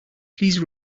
please